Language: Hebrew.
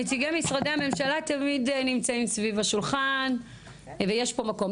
נציגי משרדי הממשלה תמיד נמצאים סביב השולחן ויש פה מקום,